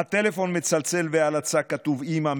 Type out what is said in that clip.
הטלפון מצלצל ועל הצג כתוב "אימא",